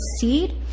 seed